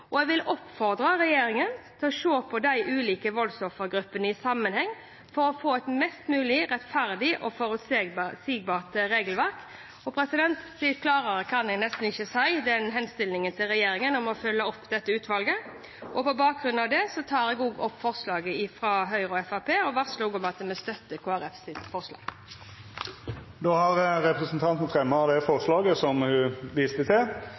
å se på de ulike voldsoffergruppene i sammenheng for å få et mest mulig rettferdig og forutsigbart regelverk. Stort klarere kan jeg nesten ikke gi henstillingen til regjeringen om å følge opp dette utvalget. På bakgrunn av det tar jeg opp forslaget fra Høyre og Fremskrittspartiet. Jeg varsler også om at vi støtter Kristelig Folkepartis forslag. Representanten Solveig Horne har teke opp forslaget ho viste til.